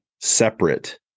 separate